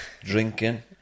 drinking